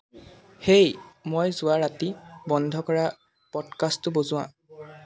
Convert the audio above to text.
হেই মই যোৱা ৰাতি বন্ধ কৰা পডকাষ্টটো বজোৱা